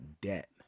debt